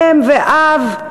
אם ואב,